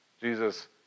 Jesus